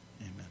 amen